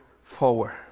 forward